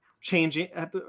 changing